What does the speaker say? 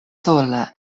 sola